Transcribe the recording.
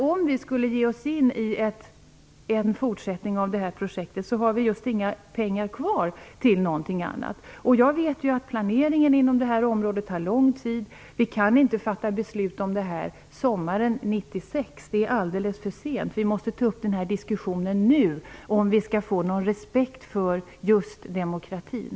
Om vi skulle ge oss in i en fortsättning av det här projektet har vi just inga pengar kvar till något annat. Jag vet ju att planering inom det här området tar lång tid. Vi kan inte fatta beslut om detta sommaren 1996. Det är alldeles för sent. Vi måste ta upp den här diskussionen nu om vi skall få någon respekt för demokratin.